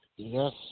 Yes